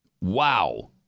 Wow